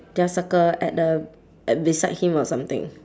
just circle at the at beside him or something